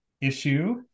issue